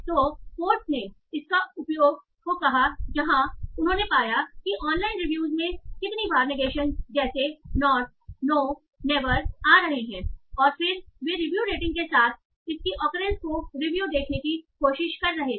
तो पोट्स ने इस प्रयोग को कहा जहां उन्होंने पाया कि ऑनलाइन रिव्यूज में कितनी बार नेगेशन जैसे नोटनो नेवर आ रहे हैं और फिर वे रिव्यू रेटिंग के साथ इसकी ऑक्युरेंस को रिव्यू देखने की कोशिश कर रहे थे